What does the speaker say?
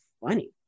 funny